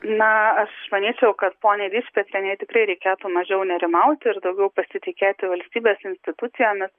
na aš manyčiau kad poniai dičpetrienei tikrai reikėtų mažiau nerimauti ir daugiau pasitikėti valstybės institucijomis